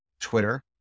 Twitter